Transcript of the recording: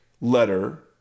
letter